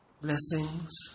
blessings